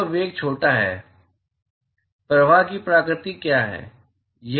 चलो वेग छोटा है प्रवाह की प्रकृति क्या है